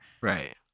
right